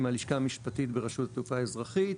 אני מהלשכה המשפטית ברשות התעופה האזרחית.